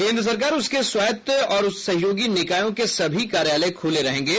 केंद्र सरकार उसके स्वायत्त और सहयोगी निकायों के सभी कार्यालय खुले रहेंगे